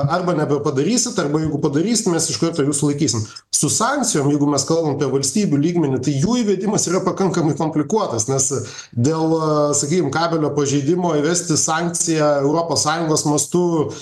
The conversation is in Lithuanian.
arba nebepadarysit arba jeigu padarys mes iš karto jus sulaikysim su sankcijom jeigu mes kalbam apie valstybių lygmenį tai jų įvedimas yra pakankamai komplikuotas nes dėl sakykim kabelio pažeidimo įvesti sankciją europos sąjungos mastu